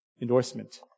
endorsement